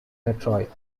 detroit